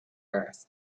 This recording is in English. earth